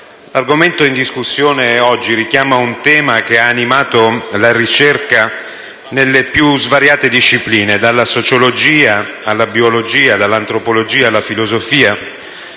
L'argomento oggi in discussione richiama un tema che ha animato la ricerca nelle più svariate discipline, dalla sociologia alla biologia, dall'antropologia alla filosofia.